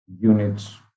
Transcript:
units